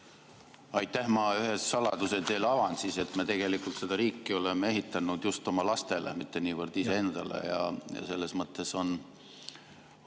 Aitäh! Ma siis ühe saladuse teile avan. Me tegelikult seda riiki oleme ehitanud just oma lastele, mitte niivõrd iseendale, ja selles mõttes on